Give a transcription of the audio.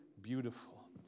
beautiful